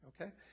okay